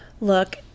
Look